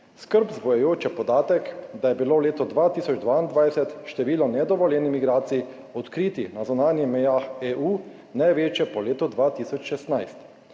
Skrb vzbujajoč je podatek, da je bilo leto 2022 število nedovoljenih migracij, odkritih na zunanjih mejah EU, največje po letu 2016.